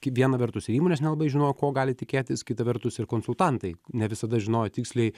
kai viena vertus ir įmonės nelabai žinojo ko gali tikėtis kita vertus ir konsultantai ne visada žinojo tiksliai